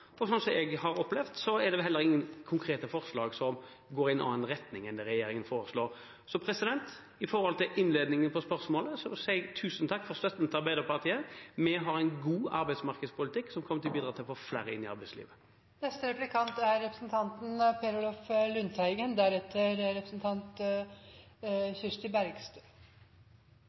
og slik som jeg opplever det, er det vel heller ingen konkrete forslag som går i en annen retning enn det regjeringen foreslår. Så når det gjelder innledningen på spørsmålet, sier jeg tusen takk til Arbeiderpartiet for støtten. Vi har en god arbeidsmarkedspolitikk som kommer til å bidra til å få flere inn i arbeidslivet. Jeg er